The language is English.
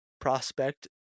prospect